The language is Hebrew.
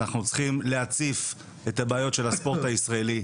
ולהציף את הבעיות של הספורט הישראלי.